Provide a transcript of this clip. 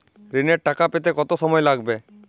ঋণের টাকা পেতে কত সময় লাগবে?